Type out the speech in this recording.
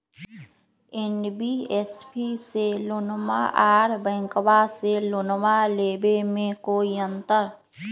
NBFC से लोनमा आर बैंकबा से लोनमा ले बे में कोइ अंतर?